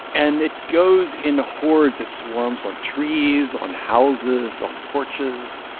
and it goes in hordes. it swarms on trees, on houses, on porches.